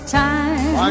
time